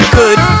good